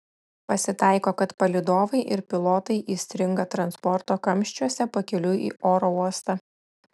pasitaiko kad palydovai ir pilotai įstringa transporto kamščiuose pakeliui į oro uostą